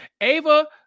ava